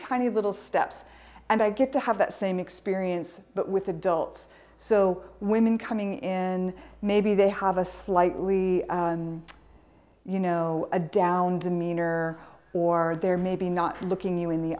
tiny little steps and i get to have that same experience but with adults so women coming in maybe they have a slightly you know a down demeanor or they're maybe not looking you in the